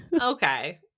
okay